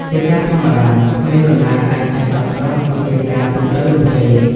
ជាការធម្មតា គ្មាននរណាអាចចេះសព្វគ្រប់វិជ្ជាការទូទៅនោះទេ ។